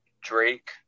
Drake